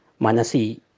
Manasi